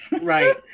Right